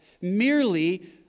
merely